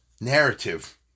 narrative